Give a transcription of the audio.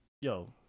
yo